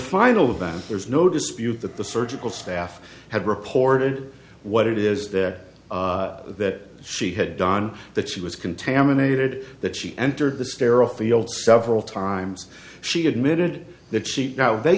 final event there is no dispute that the surgical staff had reported what it is that that she had done that she was contaminated that she entered the scare off field several times she admitted that she now they